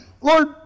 Lord